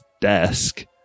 desk